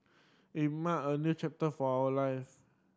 it mark a new chapter for our life